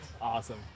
awesome